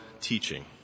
teaching